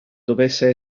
dovesse